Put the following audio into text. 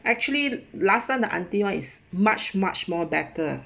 actually last time the auntie [one] is much much more better